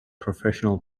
professional